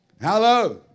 Hello